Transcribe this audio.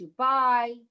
dubai